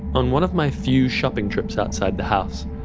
on one of my few shopping trips outside the house,